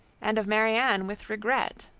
and of marianne with regret.